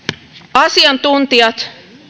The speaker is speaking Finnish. asiantuntijat